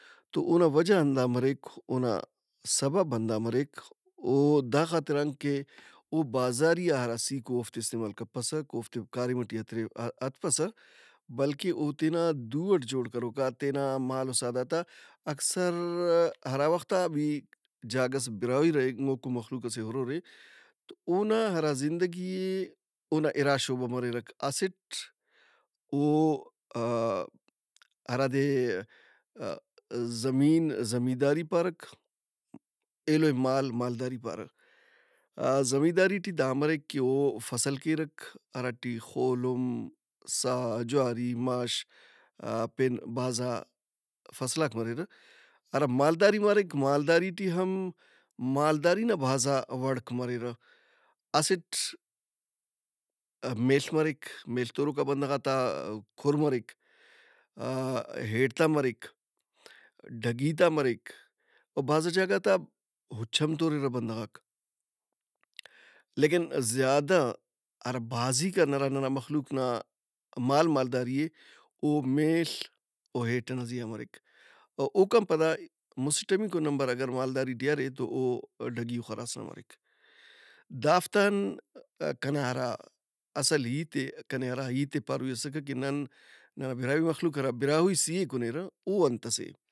تواونا وجہ ہندامریک اونا سبب ہندا مریک او داخاطران کہ اوبازاریئا ہراسِیک او اوفتے استعمال کپسہ، اوفتے کاریم ئٹی ہترے ا- ہتپسہ۔ بلکہ او تینا دُو اٹ جوڑ کروکا تینا مال و ساہدارت آ اکثر ہرا وخت آ بھی جاگہس براہوئی رہینگوکو مخلوق ئسے ہُرورے تو اونا ہرا زندگی اے اونا اِرا شعبہ مریرہ۔ اسٹ او آ- ہرادے ا- زمین- زمیداری پارہ ایلو ئے مال مالداری پارہ۔ آ- زمیداری ٹی دا مریک کہ او فصل کیرک ہراٹی خولم، سا، جواری، مش پین بھازا فصلاک مریرہ۔ ہرا مالداری مریک۔ مالداری ٹی ہم مالداری نا بھازا وڑک مریرہ۔ اسٹ میڷ مریک۔ میڷ توروکا بندغات آ کُھر مریک، آ- ہیٹت آ مریک، ڈھگیت آ مریک، او بھازا جاگہ تا ہُچ ہم تورِرہ بندغاک۔ لیکن زیادہ ہرا بھازیکان ہرا ننا مخلوق نا مال مالداری اے او میڷ و ہیت ئنا زی آ مریک۔ اوکان پدا مُسٹمیکو نمبراکہ ارے مالداری ٹی ارے تواو ڈھگی و خراس نا مریک۔ دافت ان کنا ہرا اصل ہیت اے، کنے اصل ہرا ہیت ئے پاروئی اسکہ کہ نن نا براہوئی مخلوق ہرا براہوئی سِی ئے کُنیرہ او انت ئس اے؟